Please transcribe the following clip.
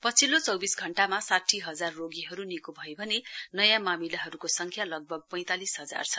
पछिल्लो चौविस घण्टामा साठी हजार रोगीहरु निको भए भने नयाँ मामिलाहरुको संख्या लगभग पैंतालिस हजार छ